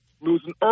Losing